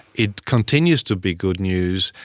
it continues to be good news,